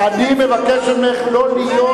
אני מבקש ממך לא להיות,